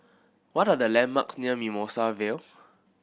what are the landmarks near Mimosa Vale